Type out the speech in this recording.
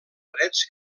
drets